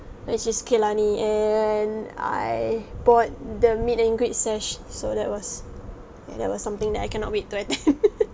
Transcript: which is kehlani and I bought the meet and greet sesh~ so that was ya that was something that I cannot wait to attend